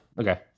Okay